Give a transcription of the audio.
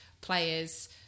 players